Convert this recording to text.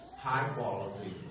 high-quality